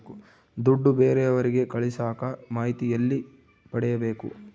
ದುಡ್ಡು ಬೇರೆಯವರಿಗೆ ಕಳಸಾಕ ಮಾಹಿತಿ ಎಲ್ಲಿ ಪಡೆಯಬೇಕು?